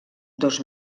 dos